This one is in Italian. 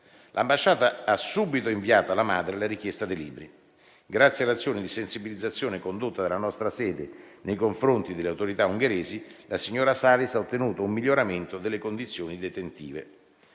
L'ambasciata ha subito inviato alla madre la richiesta di libri. Grazie all'azione di sensibilizzazione condotta dalla nostra sede nei confronti delle autorità ungheresi, la signora Salis ha ottenuto un miglioramento delle condizioni detentive: